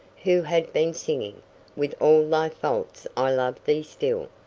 who had been singing with all thy faults i love thee still,